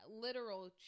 literal